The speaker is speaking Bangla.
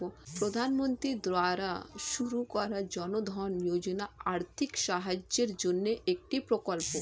প্রধানমন্ত্রী দ্বারা শুরু করা জনধন যোজনা আর্থিক সাহায্যের জন্যে একটি প্রকল্প